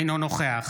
אינו נוכח